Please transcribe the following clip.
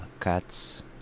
Cats